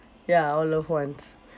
ya our loved ones